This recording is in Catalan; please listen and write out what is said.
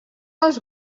als